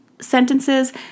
sentences